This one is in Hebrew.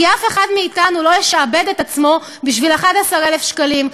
כי אף אחד מאתנו לא ישעבד את עצמו בשביל 11,000 שקלים.